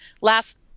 last